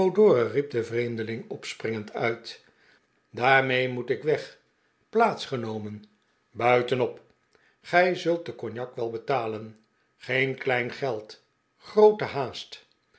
de vreemdeling opspringend uit daarmee moet ik weg plaats genomen buitenop gij zult den cognac wel betalen geen klein geld groote haast